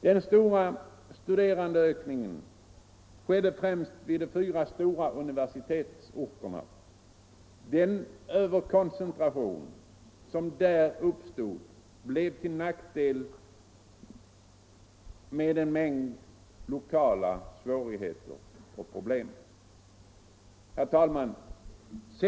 Den stora studerandeökningen skedde främst vid de fyra stora universitetsorterna. Den överkoncentration som där uppstod blev till nackdel med en mängd lokala svårigheter och problem. Herr talman!